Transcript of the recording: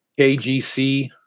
KGC